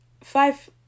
five